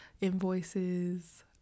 invoices